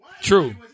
True